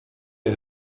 est